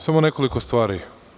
Samo nekoliko stvari.